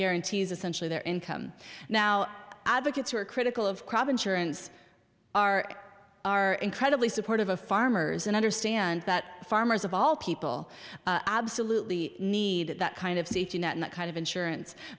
guarantees essentially their income now advocates who are critical of crop durance are are incredibly supportive of farmers and understand that farmers of all people absolutely need that kind of safety net and that kind of insurance